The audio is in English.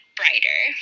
brighter